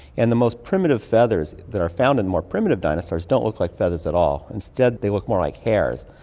and the most primitive feathers that are found in the more primitive dinosaurs don't look like feathers at all, instead they look more like hairs.